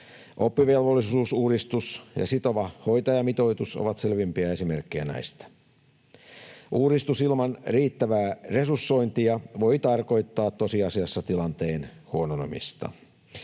Oppivelvollisuusuudistus ja sitova hoitajamitoitus ovat selvimpiä esimerkkejä näistä. Uudistus ilman riittävää resursointia voi tarkoittaa tosiasiassa tilanteen huononemista.